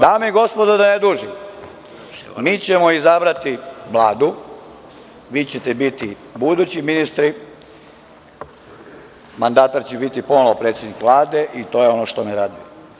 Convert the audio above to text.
Dame i gospodo, da ne dužim, mi ćemo izabrati Vladu, vi ćete biti budući ministri, mandatar će biti ponovo predsednik Vlade i to je ono što me raduje.